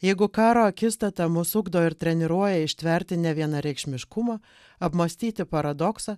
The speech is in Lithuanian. jeigu karo akistata mus ugdo ir treniruoja ištverti nevienareikšmiškumą apmąstyti paradoksą